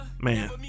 Man